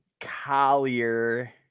Collier